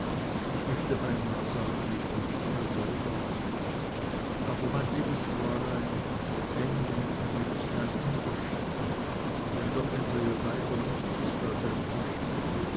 ich möchte beinah sagen ich wünsch es mir selber aber mein liebes fräulein engel und engel ist ein unterschied und wenn der engel weiter nichts ist als ein